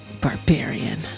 Barbarian